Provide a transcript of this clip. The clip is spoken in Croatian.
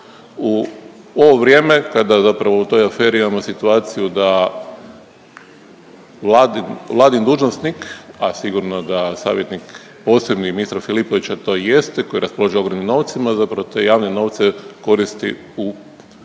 U ovo vrijeme kada zapravo u toj aferi imamo situaciju da vladin dužnosnik, a sigurno da savjetnik posebni ministra Filipovića to jeste, koji raspolaže ogromnim novcima zapravo te javne novce koristi u